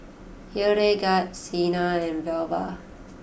Hildegard Cena and Velva